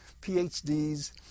PhDs